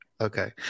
Okay